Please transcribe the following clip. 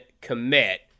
commit